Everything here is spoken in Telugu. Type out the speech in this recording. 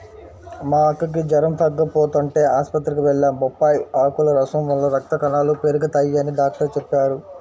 మా అక్కకి జెరం తగ్గకపోతంటే ఆస్పత్రికి వెళ్లాం, బొప్పాయ్ ఆకుల రసం వల్ల రక్త కణాలు పెరగతయ్యని డాక్టరు చెప్పారు